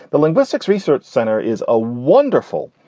the linguistics research center is a wonderful,